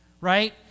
right